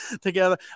together